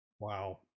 Wow